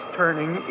turning